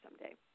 someday